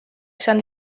esan